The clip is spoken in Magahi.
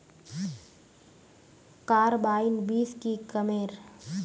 कार्बाइन बीस की कमेर?